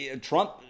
Trump